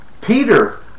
Peter